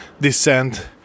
descend